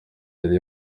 yari